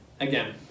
Again